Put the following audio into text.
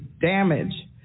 damage